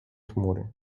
chmury